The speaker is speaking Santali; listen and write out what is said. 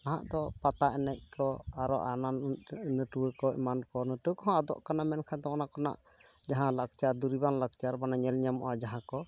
ᱱᱟᱦᱟᱜ ᱫᱚ ᱯᱟᱛᱟ ᱮᱱᱮᱡ ᱠᱚ ᱟᱨᱚ ᱮᱢᱟᱱ ᱱᱟᱹᱴ ᱱᱟᱹᱴᱣᱟᱹ ᱠᱚ ᱮᱢᱟᱱ ᱠᱚ ᱱᱟᱹᱴᱣᱟᱹ ᱠᱚᱦᱚᱸ ᱟᱫᱚᱜ ᱠᱟᱱᱟ ᱢᱮᱱᱠᱷᱟᱱ ᱫᱚ ᱚᱱᱟ ᱠᱷᱚᱱᱟᱜ ᱡᱟᱦᱟᱸ ᱞᱟᱠᱪᱟᱨ ᱫᱩᱨᱤᱵᱟᱱ ᱞᱟᱠᱪᱟᱨ ᱢᱟᱱᱮ ᱧᱮᱞ ᱧᱟᱢᱚᱜᱼᱟ ᱡᱟᱦᱟᱸ ᱠᱚ